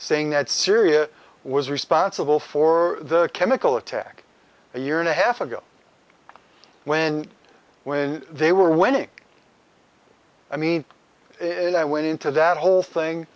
saying that syria was responsible for the chemical attack a year and a half ago when when they were winning i mean in i went into that whole thing